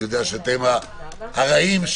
אני יודע שאתם ה"רעים",